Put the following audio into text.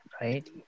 right